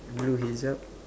blue hijab